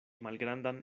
malgrandan